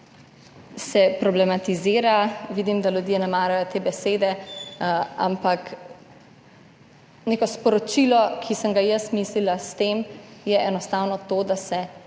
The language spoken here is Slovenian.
se problematizira. Vidim, da ljudje ne marajo te besede, ampak neko sporočilo, ki sem ga jaz mislila s tem [podati], je enostavno to, da se